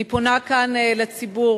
אני פונה כאן לציבור,